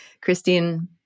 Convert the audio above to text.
Christine